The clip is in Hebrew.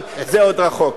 אבל זה עוד רחוק.